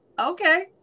okay